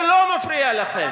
זה לא מפריע לכם,